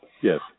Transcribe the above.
Yes